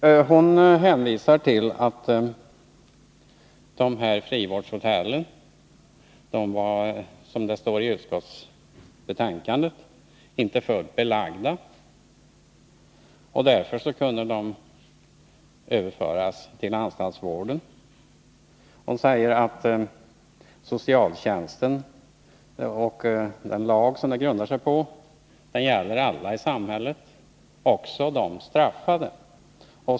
Birthe Sörestedt hänvisar till att frivårdshotellen, som det står i utskottsbetänkandet, inte var fullt belagda, och därför kunde de överföras till anstaltsvården. Hon säger att socialtjänsten och den lag som den grundar sig på gäller alla i samhället, också de straffade.